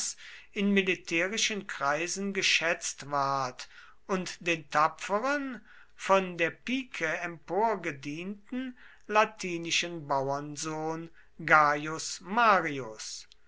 in militärischen kreisen geschätzt ward und den tapferen von der pike emporgedienten latinischen bauernsohn gaius marius